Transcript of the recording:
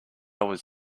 was